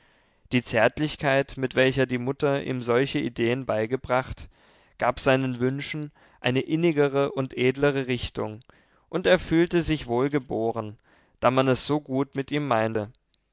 die zärtlichkeit mit welcher die mutter ihm solche ideen beigebracht gab seinen wünschen eine innigere und edlere richtung und er fühlte sich wohlgeborgen da man es so gut mit ihm meine